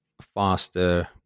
faster